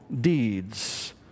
deeds